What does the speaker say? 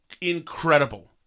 incredible